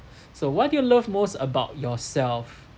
so what do you love most about yourself